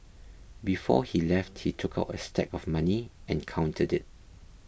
before he left he took out a stack of money and counted it